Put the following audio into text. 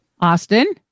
Austin